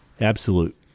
absolute